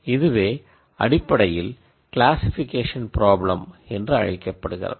ஆகவே இதுவே அடிப்படையில் க்ளாசிக்பிகேஷன் பிராப்ளம் என்று அழைக்கப்படுகிறது